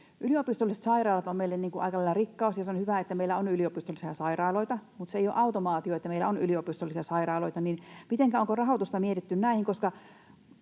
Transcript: Yliopistolliset sairaalat ovat meille aika lailla rikkaus, ja se on hyvä, että meillä on yliopistollisia sairaaloita, mutta se ei ole automaatio, että meillä on yliopistollisia sairaaloita. Mitenkä on, onko rahoitusta mietitty näihin?